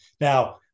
Now